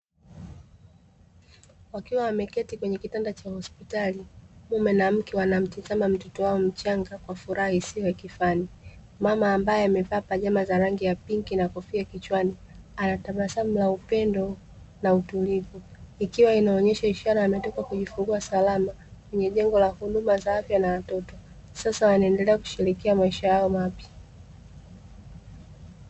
Wakiwa wameketi kwenye kitanda cha hospitali, mume na mke wanamtizama mtoto wao mchanga kwa furaha isiyo ya kifani. Mama ambaye amevaa pajama za rangi ya pinki na kofia kichwani, ana tabasamu la upendo na utulivu ikiwa inaonyesha ishara ametoka kujifungua salama, kwenye jengo la huduma za afya na watoto, sasa wanaendelea kusherehekea maisha yao mapya.